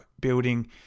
building